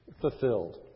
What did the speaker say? fulfilled